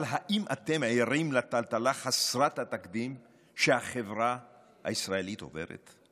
אבל האם אתם ערים לטלטלה חסרת התקדים שהחברה הישראלית עוברת?